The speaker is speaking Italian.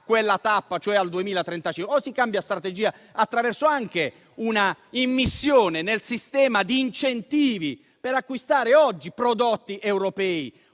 quella tappa, e cioè al 2030. Si deve cambiare strategia, attraverso anche un'immissione nel sistema di incentivi per acquistare prodotti europei.